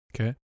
Okay